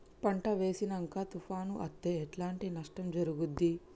పంట వేసినంక తుఫాను అత్తే ఎట్లాంటి నష్టం జరుగుద్ది?